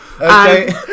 Okay